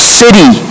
city